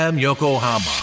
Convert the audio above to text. Yokohama